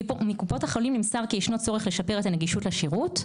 מקופות החולים נמסר כי ישנו צורך לשפר את הנגישות לשירות.